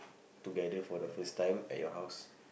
together for the first time at your house